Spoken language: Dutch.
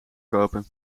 kopen